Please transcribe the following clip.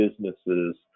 businesses